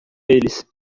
eles